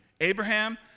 Abraham